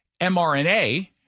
mRNA